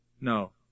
No